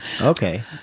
Okay